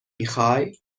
میخوای